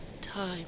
time